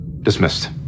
Dismissed